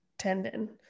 tendon